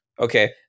okay